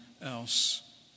else